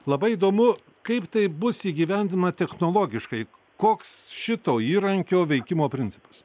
labai įdomu kaip tai bus įgyvendinama technologiškai koks šito įrankio veikimo principas